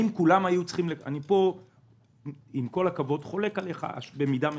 עם כל הכבוד, אני חולק עליך במידה מסוימת,